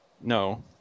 no